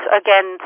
again